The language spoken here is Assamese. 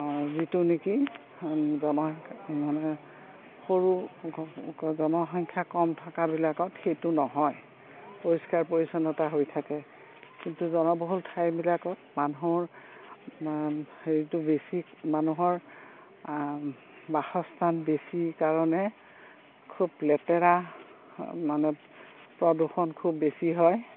যিটো নেকি জনসংখ্যা মানে সৰু জনসংখ্যা কম থকাবিলাকত সেইটো নহয় পৰিষ্কাৰ পৰিচ্ছন্নতা হৈ থাকে কিন্তু জনবহুল ঠাইবিলাকত মানুহৰ হেৰিটো বেছি মানুহৰ বাসস্থান বেছি কাৰণে খুব লেতেৰা মানে প্ৰদূষণ খুব বেছি হয়